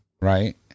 Right